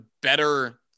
better